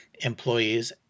employees